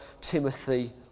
Timothy